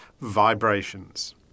Vibrations